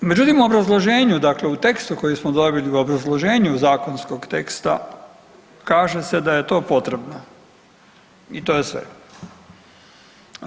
Međutim, u obrazloženju, dakle u tekstu koji smo dobili u obrazloženju zakonskog teksta kaže se da je to potrebno i to je sve.